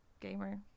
gamer